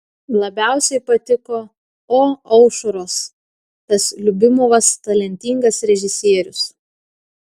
labiausiai patiko o aušros tas liubimovas talentingas režisierius